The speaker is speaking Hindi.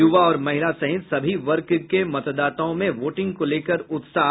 यूवा और महिला सहित सभी वर्ग के मतदाताओं में वोटिंग को लेकर उत्साह